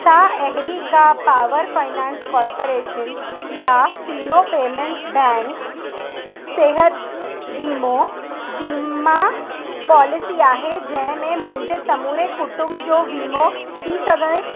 छा अहिड़ी का पावर फ़ाइनेंस कार्पोरेशन या फीनो पेमेंट्स बैंक सिहत वीमो वीमा पॉलिसी आहे जंहिंमें मुंहिंजे समूरे कुटुंब जो वीमो थी सघे